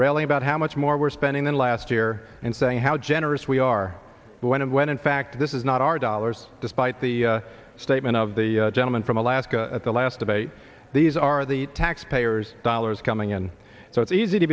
railing about how much more we're spending than last year and saying how generous we are when and when in fact this is not our dollars despite the statement of the gentleman from alaska the last debate these are the taxpayers dollars coming in so it's easy to